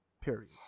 Period